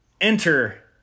enter